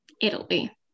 Italy